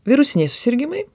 virusiniai susirgimai